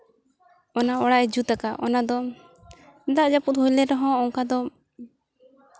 ᱚᱱᱟ ᱚᱲᱟᱜ ᱮ ᱡᱩᱛ ᱟᱠᱟᱫ ᱚᱱᱟ ᱫᱚ ᱫᱟᱜ ᱡᱟᱹᱯᱩᱫ ᱦᱩᱭᱞᱮᱱ ᱨᱮᱦᱚᱸ ᱚᱱᱠᱟ ᱫᱚ